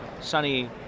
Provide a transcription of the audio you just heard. sunny